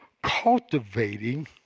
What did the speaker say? cultivating